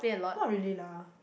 not really lah